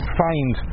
find